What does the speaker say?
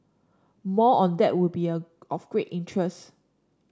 more on that would be a of great interest